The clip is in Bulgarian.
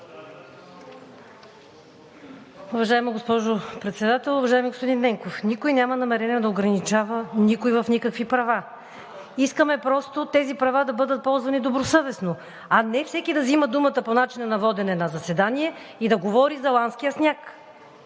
Уважаема госпожо Председател! Уважаеми господин Ненков, никой няма намерение да ограничава никой в никакви права. Искаме просто тези права да бъдат ползвани добросъвестно, а не всеки да взима думата по начина на водене на заседание и да говори за ланския сняг.